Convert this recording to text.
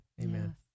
Amen